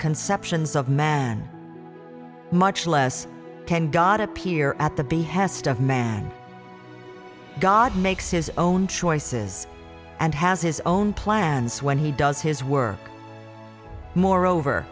conceptions of man much less can god appear at the behest of man god makes his own choices and has his own plans when he does his work moreover